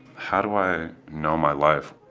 how do i know my life?